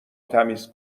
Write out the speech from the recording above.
تمیز